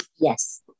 Yes